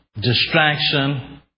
distraction